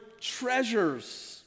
treasures